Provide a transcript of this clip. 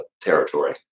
territory